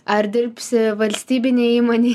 ar dirbsi valstybinėj įmonėj